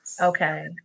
okay